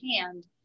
hand